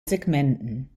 segmenten